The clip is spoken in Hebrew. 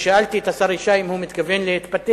כששאלתי את השר ישי אם הוא מתכוון להתפטר,